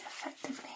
effectively